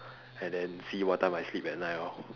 and then see what time I sleep at night lor